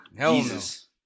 Jesus